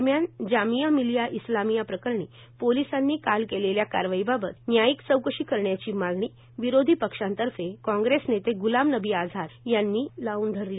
दरम्यान जामीया मिलिया इस्लामिया प्रकरणी पोलिसांनी काल केलेल्या कारवाई बाबत न्यायीक चौकशी करण्याची मागणी विरोधी पक्षांतर्फे कांग्रेस नेते ग्लाम नबी आझाद यांनी लाऊन धरली